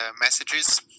messages